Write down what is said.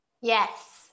Yes